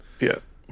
yes